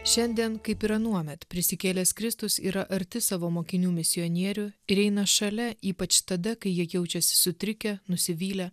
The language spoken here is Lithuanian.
šiandien kaip ir anuomet prisikėlęs kristus yra arti savo mokinių misionierių ir eina šalia ypač tada kai jie jaučiasi sutrikę nusivylę